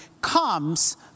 comes